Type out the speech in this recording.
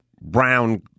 brown